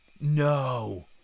No